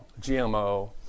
gmo